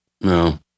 no